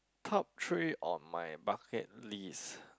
top three on my bucket list